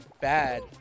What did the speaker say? bad